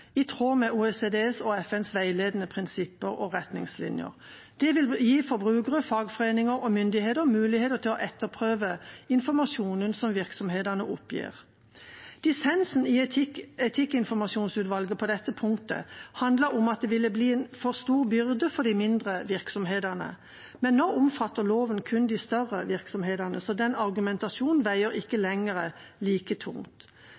i tråd med OECDs og FNs veiledende prinsipper og retningslinjer. Det vil gi forbrukere, fagforeninger og myndigheter mulighet til å etterprøve informasjonen som virksomhetene oppgir. Dissensen i etikkinformasjonsutvalget på dette punktet handler om at det ville bli en for stor byrde for de mindre virksomhetene, men nå omfatter loven kun de større virksomhetene, så den argumentasjonen veier ikke lenger like tungt.